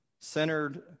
Centered